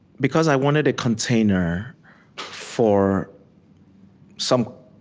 because i wanted a container for some